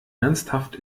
ernsthaft